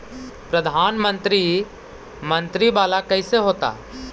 प्रधानमंत्री मंत्री वाला कैसे होता?